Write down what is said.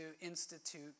institute